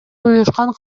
уюшкан